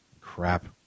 Crap